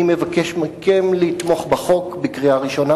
אני מבקש מכם לתמוך בחוק בקריאה ראשונה.